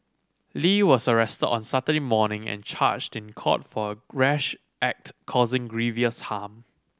Lee was arrested on Saturday morning and charged in court for a rash act causing grievous harm